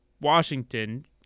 Washington